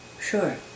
Sure